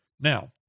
Now